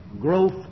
Growth